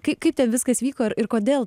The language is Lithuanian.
kai kaip ten viskas vyko ir ir kodėl